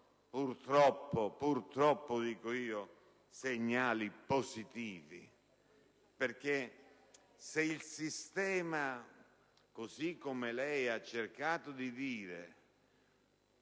purtroppo, non sono segnali positivi perché se il sistema, così come lei ha cercato di dire,